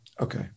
Okay